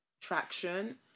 traction